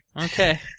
Okay